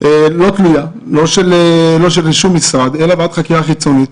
לא תלויה, לא של שום משרד, אלא ועדת חקירה חיצונית